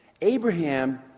Abraham